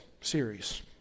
series